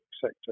sector